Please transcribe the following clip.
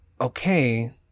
okay